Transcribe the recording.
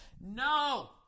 No